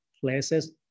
places